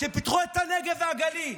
שפיתחו את הנגב והגליל,